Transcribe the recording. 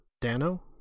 Dano